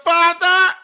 Father